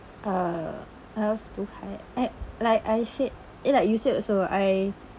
uh laugh too hard I like I said eh like you said also I